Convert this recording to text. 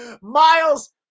Miles